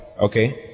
Okay